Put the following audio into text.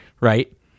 Right